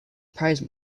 prize